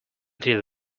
did